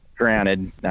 Granted